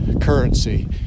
currency